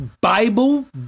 Bible